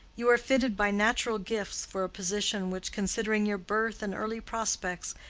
you are fitted by natural gifts for a position which, considering your birth and early prospects,